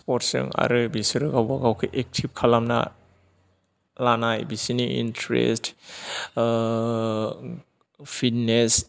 स्पर्टसजों आरो बिसोरो गावबागाव एकटिभ खालामना लानाय बिसोरनि इटारेस्ट ओ पिटनेस